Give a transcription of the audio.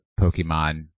Pokemon